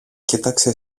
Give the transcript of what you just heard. κοίταξε